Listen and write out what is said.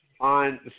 On